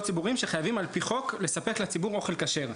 ציבוריים שחייבים על פי חוק לספק לציבור אוכל כשר.